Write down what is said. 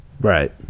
right